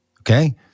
okay